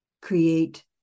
create